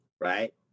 right